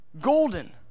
Golden